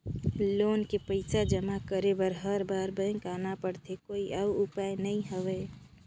Loan के पईसा जमा करे बर हर बार बैंक आना पड़थे कोई अउ उपाय नइ हवय?